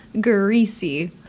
greasy